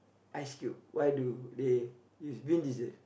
ask you why do they is Vin-Diesel